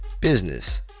business